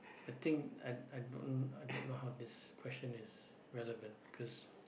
I think I I don't i don't know how this question is relevant because